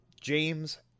James